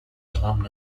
alumni